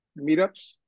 meetups